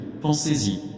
pensez-y